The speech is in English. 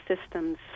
systems